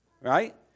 Right